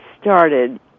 started